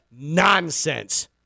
nonsense